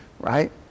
right